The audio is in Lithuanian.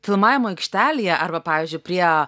filmavimo aikštelėje arba pavyzdžiui prie